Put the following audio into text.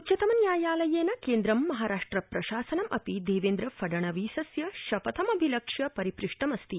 उच्चतमन्यायालयेन केन्द्रं महाराष्ट्र प्रशासनं अपि देवेन्द्र फणडवीसस्य शपथमभिलक्ष्य परिपृष्टमस्ति